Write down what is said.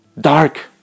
dark